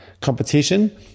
competition